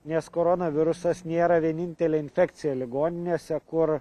nes koronavirusas nėra vienintelė infekcija ligoninėse kur